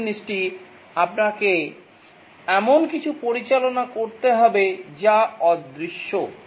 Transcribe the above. প্রথম জিনিসটি আপনাকে এমন কিছু পরিচালনা করতে হবে যা অদৃশ্য